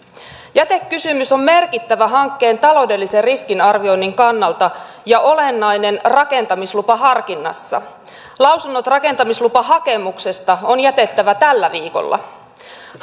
jätekysymys on merkittävä hankkeen taloudellisen riskin arvioinnin kannalta ja olennainen rakentamislupaharkinnassa lausunnot rakentamislupahakemuksesta on jätettävä tällä viikolla